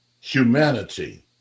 humanity